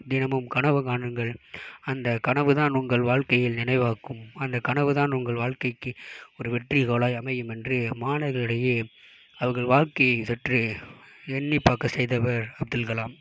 தினமும் கனவு காணுங்கள் அந்த கனவுதான் உங்கள் வாழ்க்கையில் நினைவாக்கும் அந்த கனவுதான் உங்கள் வாழ்க்கைக்கு ஒரு வெற்றி கோலாக அமையும் என்று மாணவர்களிடையே அவர்கள் வாழ்க்கையை சற்று எண்ணி பார்க்க செய்தவர் அப்துல் கலாம்